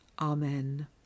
Amen